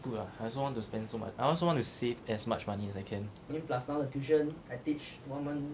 good lah I also want to spend so much I also wanna save as much money as I can